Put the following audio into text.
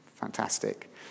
Fantastic